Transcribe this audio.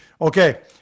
Okay